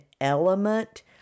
element